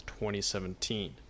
2017